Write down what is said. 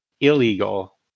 illegal